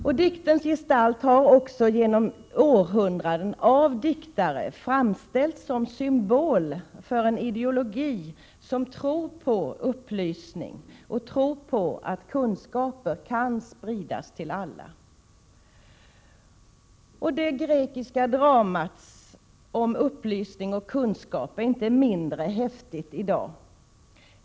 Prometheus har också genom århundraden av diktare framställts som symbol för en ideologi som tror på upplysning och på att kunskap kan spridas till alla. Det grekiska dramat om upplysning och kunskap är aktuellt i dag.